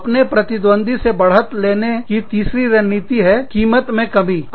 अपने प्रतिद्वंदी से बढ़त लेने का तीसरी रणनीति है कीमत में कमी कटौती